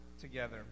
together